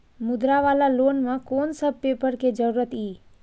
मुद्रा वाला लोन म कोन सब पेपर के जरूरत इ?